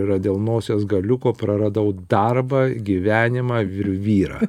yra dėl nosies galiuko praradau darbą gyvenimą ir vyrą